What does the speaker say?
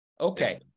Okay